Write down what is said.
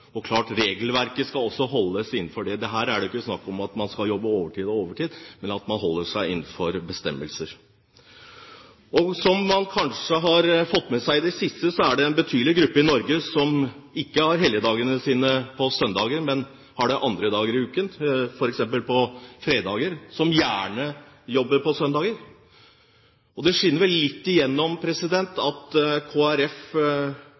er klart: Regelverket skal også holdes innenfor dette. Her er det jo ikke snakk om at man skal jobbe overtid og overtid, men at man holder seg innenfor bestemmelser. Som man kanskje har fått med seg i det siste, er det en betydelig gruppe i Norge som ikke har helligdagene sine på søndager, men på andre dager i uken, f.eks. på fredager, og som gjerne jobber på søndager. Det skinner vel litt igjennom